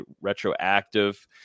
retroactive